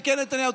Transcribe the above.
תיקי נתניהו,